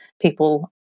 people